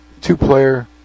Two-player